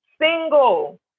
single